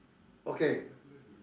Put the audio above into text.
okay